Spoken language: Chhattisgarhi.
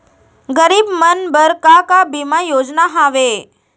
गरीब मन बर का का बीमा योजना हावे?